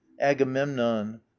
agamemnon